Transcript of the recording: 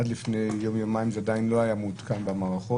עד לפני יום-יומיים זה עדיין לא היה מעודכן במערכות.